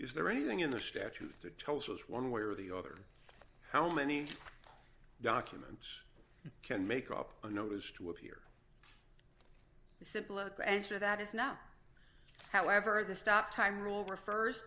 is there anything in the statute that tells us one way or the other how many documents can make up a notice to appear the simple answer that is not however the stop time rule refers